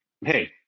hey